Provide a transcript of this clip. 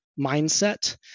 mindset